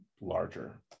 larger